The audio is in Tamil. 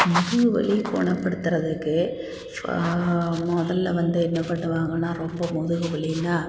முதுகு வலியை குணப்படுத்துறதுக்கு இப்போ முதல்ல வந்து என்ன பண்ணுவாங்கன்னா ரொம்ப முதுகு வலினால்